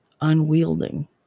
unwielding